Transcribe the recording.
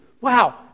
wow